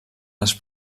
les